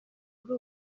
kuri